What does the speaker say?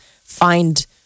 find